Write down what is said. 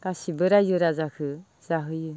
गासैबो रायजो राजाखौ जाहोयो